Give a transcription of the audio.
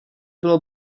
bylo